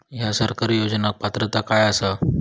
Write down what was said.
हया सरकारी योजनाक पात्रता काय आसा?